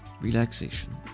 relaxation